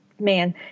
man